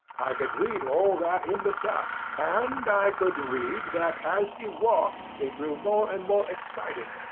i could read all that in the dust and i could read that as he walked he grew more and more excited.